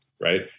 Right